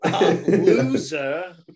Loser